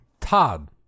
Todd